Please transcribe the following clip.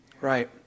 Right